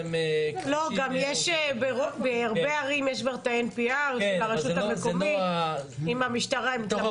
בהרבה ערים יש כבר NPR של הרשות המקומית והמשטרה מתלבשת על זה.